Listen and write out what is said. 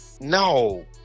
No